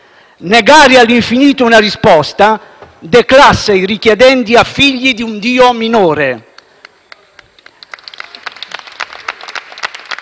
Negare all’infinito una risposta declassa i richiedenti a figli di un Dio minore.